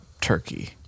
turkey